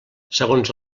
segons